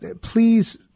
Please